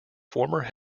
former